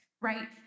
right